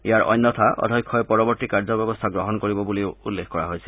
ইয়াৰ অন্যথা অধ্যক্ষই পৰৱৰ্তী কাৰ্যব্যৱস্থা গ্ৰহণ কৰিব বুলিও উল্লেখ কৰা হৈছিল